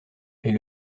est